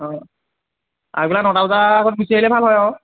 অঁ আগবেলা নটা বজাৰ আগত গুচি আহিলে ভাল হয় আৰু